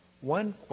One